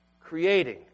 creating